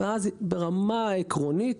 ואז ברמה העקרונית